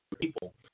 people